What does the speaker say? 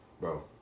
bro